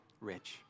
rich